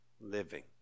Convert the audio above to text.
living